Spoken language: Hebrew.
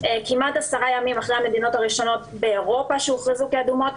כמעט 10 ימים אחרי המדינות הראשונות באירופה עליהן הוכרז שהן מדינות אדומות